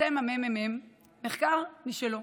פרסם הממ"מ מחקר משלו,